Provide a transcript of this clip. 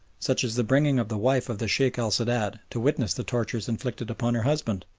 such as the bringing of the wife of the sheikh el sadat to witness the tortures inflicted upon her husband.